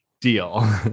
Deal